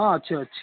ହଁ ଅଛି ଅଛି